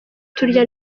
turya